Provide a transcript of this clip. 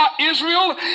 Israel